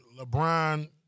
LeBron